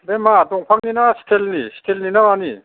ओमफ्राय मा दंफांनिना स्टिल नि स्टिल नि ना मानि